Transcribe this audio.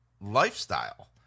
lifestyle